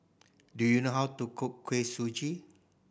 do you know how to cook Kuih Suji